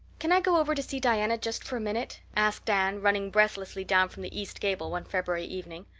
can i go over to see diana just for a minute? asked anne, running breathlessly down from the east gable one february evening.